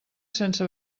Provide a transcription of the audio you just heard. sense